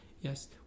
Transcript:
Yes